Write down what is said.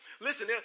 Listen